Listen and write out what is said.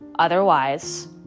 otherwise